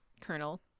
Colonel